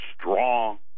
strong